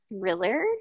thriller